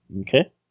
Okay